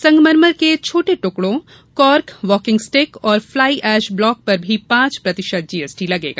संगमरमर के छोटे ट्कडों कॉर्क वाकिंग स्टिक और फ्लाई ऐश ब्लॉक पर भी पांच प्रतिशत जीएसटी लगेगा